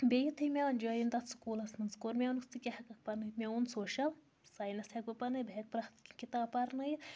بیٚیہِ یُتھے مےٚ وۄںۍ جایِن تَتھ سکوٗلَس منٛز کوٚر مےٚ ووٚنُکھ ژٕ کیٛاہ ہٮ۪کَکھ پنٲوِتھ مےٚ ووٚن سوشَل ساینَس ہٮ۪کہٕ بہٕ پرنٲوِتھ بہٕ ہٮ۪کہٕ پرٛٮ۪تھ کینٛہہ کِتاب پَرنٲیِتھ